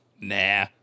Nah